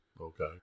Okay